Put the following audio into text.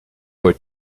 were